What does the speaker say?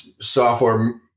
software